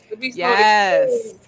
Yes